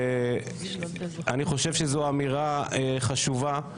ואני חושב שזו אמירה חשובה,